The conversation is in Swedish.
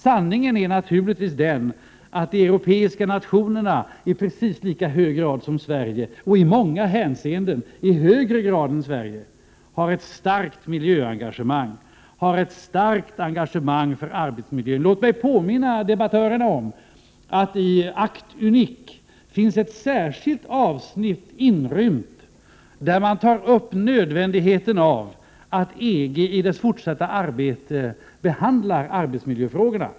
Sanningen är naturligtvis den att de europeiska nationerna i precis lika hög grad som Sverige och i många hänseenden i högre grad än Sverige har ett starkt miljöengagemang, ett starkt engagemang för arbetsmiljön. Låt mig påminna debattörerna om att i Act unique finns ett särskilt avsnitt inrymt, där man tar upp nödvändigheten av att EG i dess fortsatta arbete behandlar arbetsmiljöfrågorna.